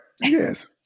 Yes